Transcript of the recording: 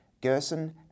Gerson